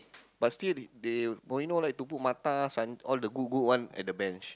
but still he they only know like to put Mattar San~ all the good good one at the bench